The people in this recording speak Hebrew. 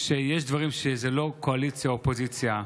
שיש דברים שזה לא קואליציה אופוזיציה.